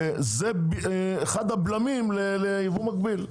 זה אחד הבלמים לייבוא מקביל.